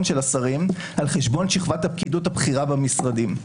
של השרים על חשבון שכבת הפקידות הבכירה במשרדים.